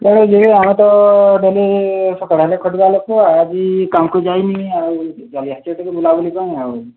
କୁଆଡ଼େ ଯିବି ଆମର ତ ଡେଲି ସକାଳ ହେଲେ ଖଟିବା ଲୋକ ଆଜି କାମକୁ ଯାଇନି ଆଉ ଚାଲି ଆସିଛି ଟିକିଏ ବୁଲାବୁଲି ପାଇଁ ଆଉ